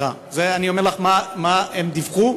אני אומר לך מה הם דיווחו,